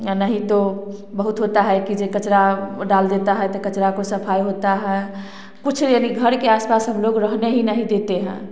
नहीं तो बहुत होता हैं की जो कचरा डाल देता हैं तो कचरा को सफाई होता है कुछ नहीं घर के आस पास हम लोग रहने ही नहीं देते हैं